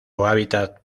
hábitat